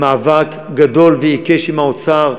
במאבק גדול ועיקש עם האוצר,